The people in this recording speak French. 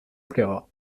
plaira